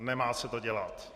Nemá se to dělat.